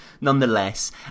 nonetheless